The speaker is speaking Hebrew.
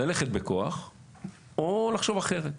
ללכת בכוח או לחשוב אחרת.